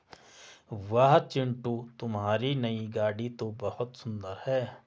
वाह चिंटू तुम्हारी नई गाड़ी तो बहुत सुंदर है